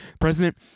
president